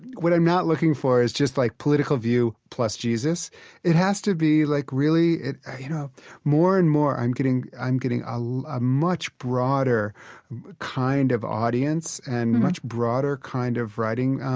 what i'm not looking for is just like political view plus jesus it has to be like really you know more and more i'm getting i'm getting a much broader kind of audience and much broader kind of writing,